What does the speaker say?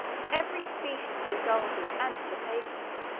to every species of indulgence and dissipation.